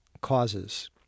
causes